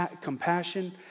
compassion